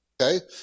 Okay